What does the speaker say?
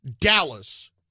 Dallas –